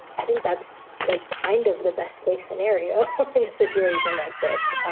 i think that's like kind of the best case scenario in a situation like this.